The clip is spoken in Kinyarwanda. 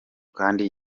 kandi